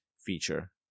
feature